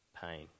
pain